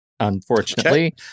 unfortunately